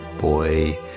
boy